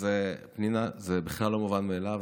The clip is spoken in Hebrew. פנינה, זה בכלל לא מובן מאליו.